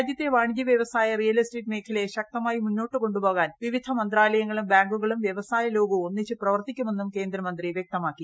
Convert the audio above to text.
രാജ്യത്തെ വാണിജ്യ വ്യവസായ റിയൽ എസ്റ്റേറ്റ് മേഖലയെ ശക്തമായി മുന്നോട്ടു കൊണ്ടുപോകാൻ വിവിധ മന്ത്രാലയങ്ങളും ബാങ്കുകളും വ്യവസായ ലോകവും ഒന്നിച്ച് പ്രവർത്തിക്കുമെന്നും കേന്ദ്രമന്ത്രി വ്യക്തമാക്കി